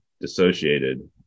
dissociated